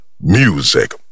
Music